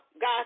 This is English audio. God